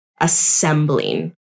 assembling